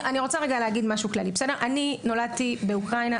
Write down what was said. אני נולדתי באוקראינה.